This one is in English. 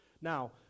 Now